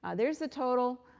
ah there's the total.